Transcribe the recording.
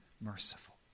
merciful